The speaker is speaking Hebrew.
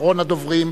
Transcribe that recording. אחרון הדוברים,